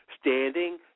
standing